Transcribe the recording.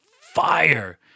fire